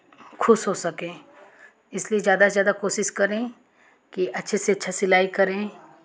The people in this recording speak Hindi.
खुश हो सके इसलिए ज़्यादा से ज़्यादा कोशिश करें कि अच्छे से अच्छा सिलाई करें